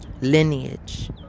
lineage